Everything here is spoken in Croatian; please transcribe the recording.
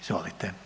Izvolite.